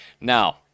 now